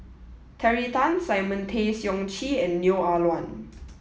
Terry Tan Simon Tay Seong Chee and Neo Ah Luan